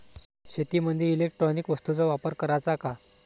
शेतीमंदी इलेक्ट्रॉनिक वस्तूचा वापर कराचा का?